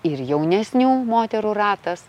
ir jaunesnių moterų ratas